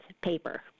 paper